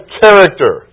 character